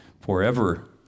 forever